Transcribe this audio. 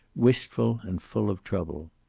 wistful and full of trouble.